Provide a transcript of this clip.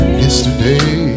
yesterday